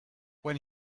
when